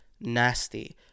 nasty